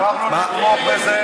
אנחנו נתמוך בזה.